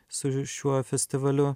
su šiuo festivaliu